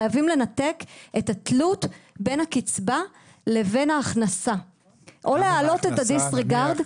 חייבים לנתק את התלות בין הקצבה לבין ההכנסה או להעלות את הדיס ריגרד.